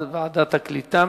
ועדת הקליטה.